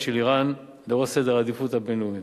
של אירן לראש סדר העדיפויות הבין-לאומי.